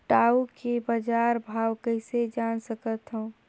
टाऊ के बजार भाव कइसे जान सकथव?